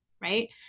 right